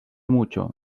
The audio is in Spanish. mucho